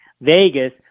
Vegas